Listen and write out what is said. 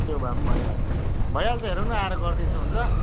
त्यो भए पनि भइहाल्छ भइहाल्छ हेरौँ न आएर गरिदिन्छु हुन्छ